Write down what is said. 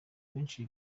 benshi